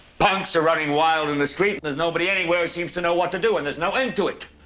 punks are running wild in the street. there's nobody anywhere seems to know what to do, and there's no end to it.